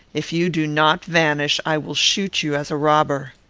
if you do not vanish, i will shoot you as a robber.